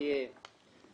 שתהיה חלוקה